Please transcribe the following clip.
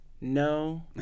No